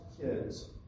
kids